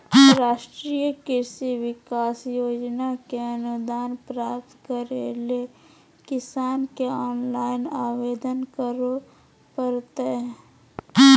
राष्ट्रीय कृषि विकास योजना के अनुदान प्राप्त करैले किसान के ऑनलाइन आवेदन करो परतय